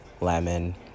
lemon